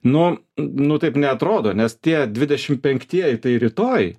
nu nu taip neatrodo nes tie dvidešim penktieji tai rytoj